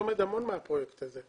דרך אגב, אני לומד המון מהפרויקט הזה.